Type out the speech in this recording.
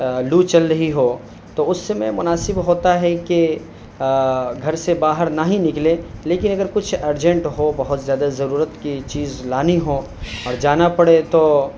لو چل رہی ہو تو اس سمے مناسب ہوتا ہے کہ گھر سے باہر نہ ہی نکلے لیکن اگر کچھ ارجنٹ ہو بہت زیادہ ضرورت کی چیز لانی ہو اور جانا پڑے تو